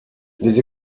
des